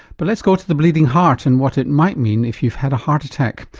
but let's go to the bleeding heart and what it might mean if you've had a heart attack.